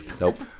Nope